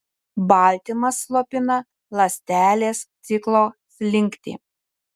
baltymas slopina ląstelės ciklo slinktį